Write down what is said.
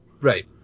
right